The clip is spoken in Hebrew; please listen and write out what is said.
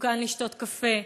מסוכן לשתות קפה,